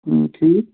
ٹھیٖک